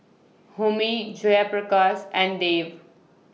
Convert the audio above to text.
Homi Jayaprakash and Dev